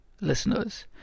listeners